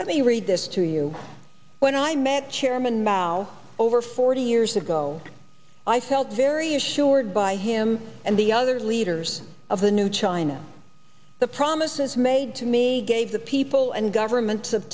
let me read this to you when i met chairman mao over forty years ago i felt very assured by him and the other leaders of the new china the promises made to me gave the people and governments of